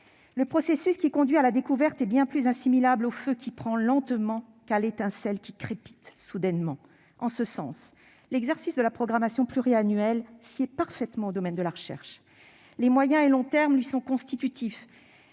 Le processus qui conduit à la découverte est bien davantage assimilable au feu qui prend lentement qu'à l'étincelle qui crépite soudainement. En ce sens, l'exercice de la programmation pluriannuelle sied parfaitement au domaine de la recherche. Les moyen et long termes lui sont constitutifs,